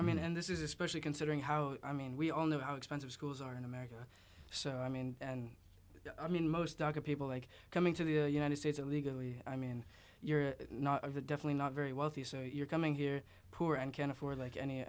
i mean and this is especially considering how i mean we all know how expensive schools are in america so i mean i mean most people like coming to the united states illegally i mean you're definitely not very wealthy so you're coming here poor and can't afford like any